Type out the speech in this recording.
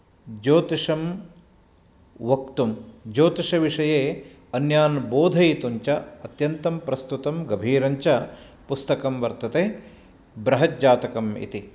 ज्योतिषं वक्तुं ज्योतिषविषये अन्यान् बोधयितुं च अत्यन्तं प्रस्तुतं गम्भिरञ्च पुस्तकं वर्तते बृहज्जातकं